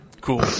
Cool